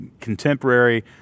contemporary